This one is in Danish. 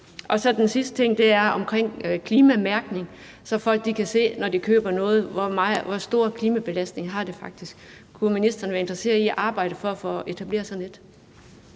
Den sidste ting er om klimamærkning, så folk kan se, når de køber noget, hvor stor klimabelastning det faktisk har. Kunne ministeren være interesseret i at arbejde for at få etableret sådan et